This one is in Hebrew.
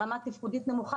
ברמה תפקודית נמוכה,